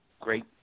great